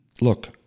look